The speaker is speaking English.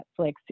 Netflix